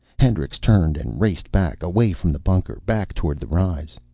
hendricks turned and raced back, away from the bunker, back toward the rise.